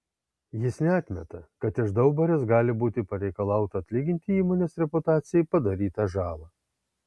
jis neatmeta kad iš daubarės gali būti pareikalauta atlyginti įmonės reputacijai padarytą žalą